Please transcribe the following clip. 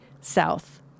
South